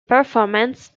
performance